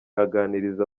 aganiriza